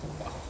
oh !wow!